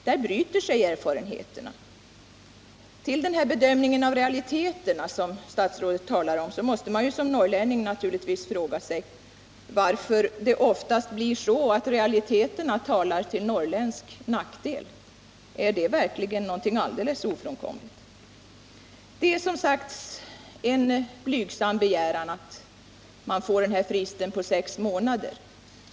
Med anledning av den bedömning av realiteterna som statsrådet talar om måste man som norrlänning fråga sig varför det ofta blir så att realiteterna talar till norrländsk nackdel. Är det verkligen något ofrånkomligt? Det är, som sagt, en blygsam begäran att man får en frist på sex månader.